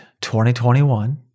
2021